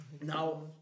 Now